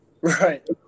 Right